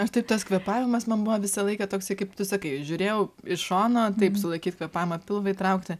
aš taip tas kvėpavimas man buvo visą laiką toks kaip tu sakai žiūrėjau į šoną taip sulaikyt kvėpavimą pilvą įtraukti